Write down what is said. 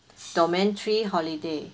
domain three holiday